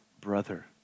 brother